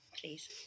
please